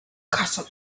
castle